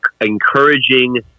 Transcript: encouraging